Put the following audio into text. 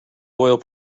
oil